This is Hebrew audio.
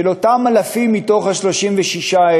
שלאותם אלפים מתוך ה-36,000